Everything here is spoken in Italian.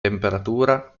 temperatura